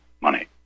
money